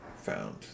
found